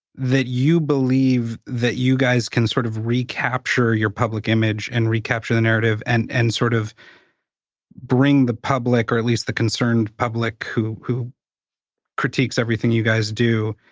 that you believe that you guys can sort of recapture your public image and recapture the narrative and and sort of bring the public, or at least the concerned public who who critiques everything you guys do,